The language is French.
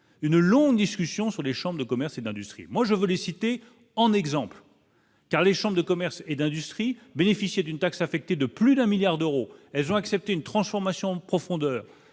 une longue discussion sur les chambres de commerce et d'industrie, moi je voulais citer en exemple car les chambres de commerce et d'industrie, bénéficier d'une taxe affectée de plus d'un milliard d'euros, elles ont accepté une transformation en profondeur